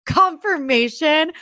confirmation